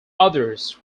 others